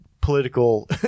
political